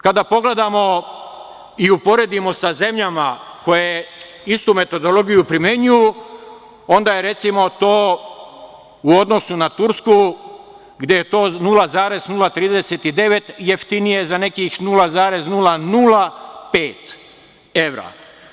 Kada pogledamo i uporedimo sa zemljama koje istu metodologiju primenjuju, onda je recimo to u odnosu na Tursku gde je to 0,039, jeftinije za nekih 0,005 evra.